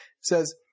says